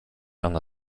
ona